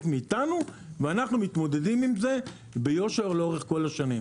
מאתנו ואנחנו מתמודדים עם זה לאורך כל השנים.